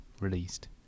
released